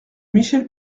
michel